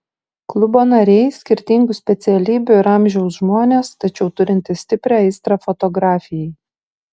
klubo nariai skirtingų specialybių ir amžiaus žmonės tačiau turintys stiprią aistrą fotografijai